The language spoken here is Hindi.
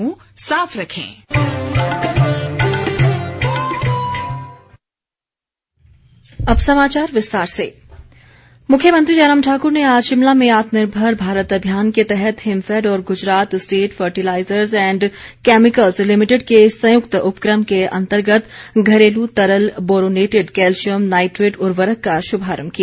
मुख्यमंत्री मुख्यमंत्री जयराम ठाक्र ने आज शिमला में आत्मनिर्भर भारत अभियान के तहत हिमफैड और Gujarat State Fertilizers and Chemicals Limited के संयुक्त उपक्रम के अंतर्गत घरेलू तरल बोरोनेटिड कैल्शियम नाइट्रेट उर्वरक का शुभारम्भ किया